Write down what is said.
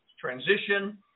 transition